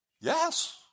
Yes